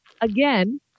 Again